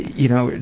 you know,